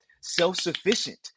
self-sufficient